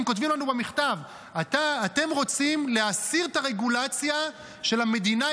הם כותבים לנו במכתב: אתם רוצים להסיר את הרגולציה של המדינה,